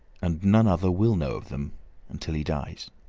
and none other will know of them until he dies.